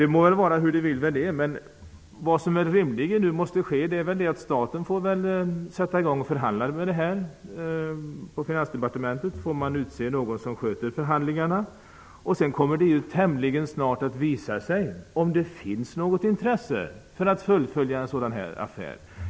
Det må vara hur det vill med det, men vad som nu rimligen måste ske är att staten får sätta i gång och förhandla. I Finansdepartementet får man utse någon som sköter förhandlingarna. Sedan kommer det tämligen snart att visa sig om det finns något intresse av att fullfölja affären.